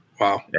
Wow